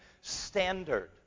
standard